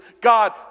God